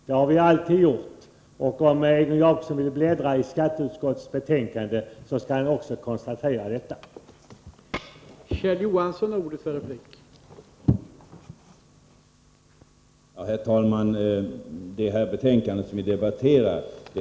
Det har centern alltid gjort, och om Egon Jacobsson vill bläddra i skatteutskottets betänkanden skall han också kunna konstatera att så är fallet.